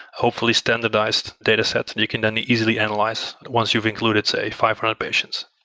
hopefully standardized data set that you can then easily analyze once you've included, say five hundred patients.